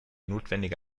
notwendige